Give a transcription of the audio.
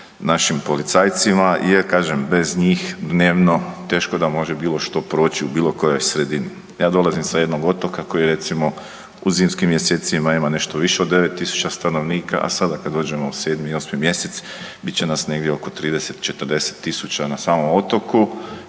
našim policajcima, jer kažem bez njih dnevno teško da može bilo što proći u bilo kojoj sredini. Ja dolazim sa jednog otoka koji recimo u zimskim mjesecima ima nešto više od 9 stanovnika, a sada kada dođemo u 7. i 8. mjesec bit će nas negdje oko 30, 40 tisuća na samom otoku